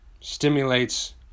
Stimulates